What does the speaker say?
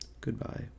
Goodbye